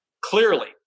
clearly